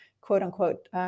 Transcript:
quote-unquote